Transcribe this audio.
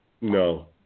no